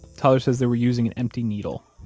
tyler says they were using an empty needle.